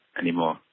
anymore